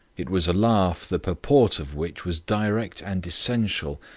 it was a laugh, the purport of which was direct and essential,